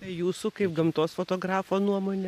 jūsų kaip gamtos fotografo nuomone